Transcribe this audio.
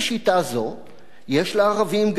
יש לערבים גם זכות על ספרד,